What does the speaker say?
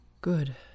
Good